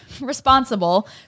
responsible